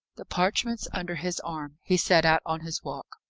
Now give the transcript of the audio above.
the parchments under his arm, he set out on his walk.